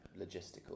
logistical